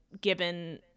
given